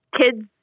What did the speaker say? kids